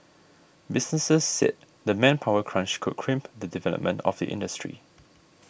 businesses said the manpower crunch could crimp the development of the industry